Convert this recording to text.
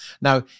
Now